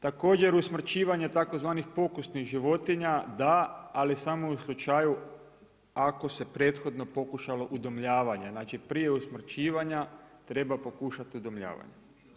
Također usmrćivanje tzv. pokusnih životinja da, ali samo u slučaju ako se prethodno pokušalo udomljavanje, znači prije usmrćivanja treba pokušati udomljavanje.